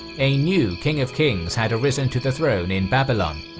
a new king of kings had risen to the throne in babylon.